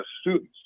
students